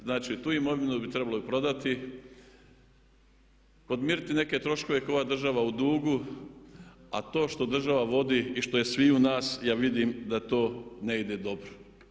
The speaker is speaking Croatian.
Znači tu imovinu bi trebalo i prodati, podmiriti neke troškove koje je ova država u dugu a to što država vodi i što je sviju nas ja vidim da to ne ide dobro.